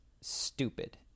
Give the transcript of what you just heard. stupid